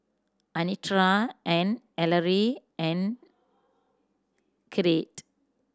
Anitra and Ellery and Crete